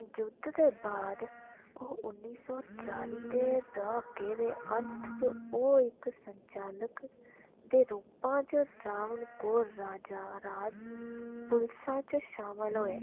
युद्ध दे बाद ओह् उन्नी सौ चाली दे द्हाके दे अंत च ओह् इक संचालक दे रूपा च त्रावणकोर राजा राज पुलसा च शामल होए